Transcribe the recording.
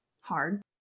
Hard